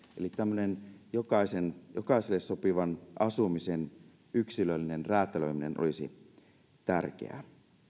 eli tämmöinen jokaiselle sopivan asumisen yksilöllinen räätälöiminen olisi tärkeää